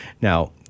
now